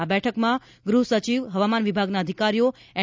આ બેઠકમાં ગૃહસચિવ હવામાન વિભાગના અધિકારીઓ એન